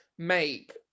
make